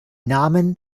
namen